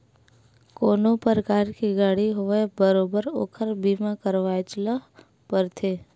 कोनो परकार के गाड़ी होवय बरोबर ओखर बीमा करवायच ल परथे